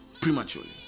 prematurely